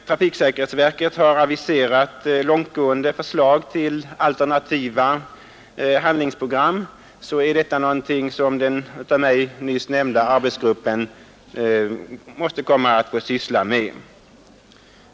Trafiksäkerhetsverket har nu aviserat långtgående förslag till alternativa handlingsprogram, som den av mig nyss nämnda arbetsgruppen kommer att få syssla med.